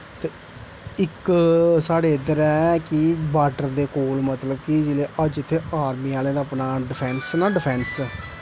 ते साढ़े इक साढ़े इद्धर ऐ कि बार्डर दे कोल मतलब कि जित्थें अपने आर्मी आह्लें दा अपना डिफैंस ना डिफैंस